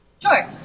sure